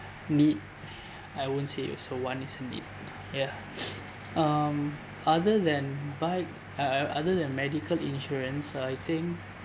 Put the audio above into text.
need I won't say it's a want it's a need ya um other than bike uh uh other than medical insurance I think